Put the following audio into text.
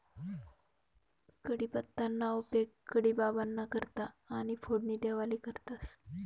कढीपत्ताना उपेग कढी बाबांना करता आणि फोडणी देवाले करतंस